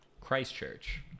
Christchurch